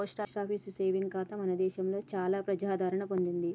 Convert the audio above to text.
post office saving ఖాతా మన దేశంలో చాలా ప్రజాదరణ పొందింది